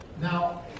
Now